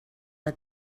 del